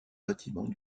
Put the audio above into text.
bâtiment